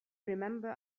remember